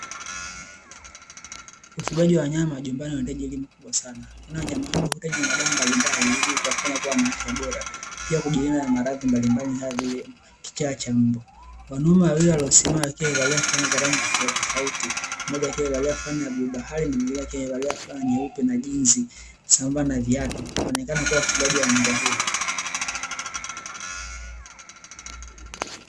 Ufugaji wa wanyama nyumbani unahitaji elimu kubwa sana, kwani wanyama hao huhitajia madawa mbalimbali ili kuwafanya kuwa na afya bora pia kujilinda na maradhi mbalimbali kamavile: kichaa cha mbwa wanaume wawili waliosimama wakiwa wamevalia flana za rangi tofautitofauti, mmoja akiwa amevalia flana ya bluu bahari na mwingine akiwa amevalia flana nyeupe na jinsi, sambamba na viatu wanaonekana wakiwa wafugaji wa mbwa huyu